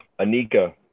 anika